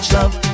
Love